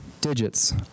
digits